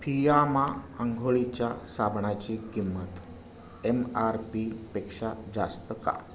फियामा अंघोळीच्या साबणाची किंमत एम आर पीपेक्षा जास्त का